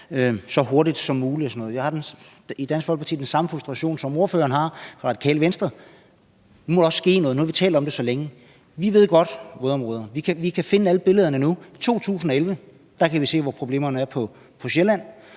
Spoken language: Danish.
så hurtigt som muligt og sådan noget. I Dansk Folkeparti har vi den samme frustration, som ordføreren fra Radikale Venstre; nu må der også ske noget, for nu har vi talt om det så længe, og vi ved godt det med vådområder. Vi kan finde alle billederne nu, f.eks fra 2011, og der kan vi se, hvor problemerne er på Sjælland.